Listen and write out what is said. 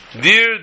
dear